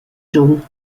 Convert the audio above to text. jaune